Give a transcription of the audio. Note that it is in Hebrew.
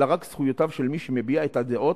אלא רק זכויותיו של מי שמביע את הדעות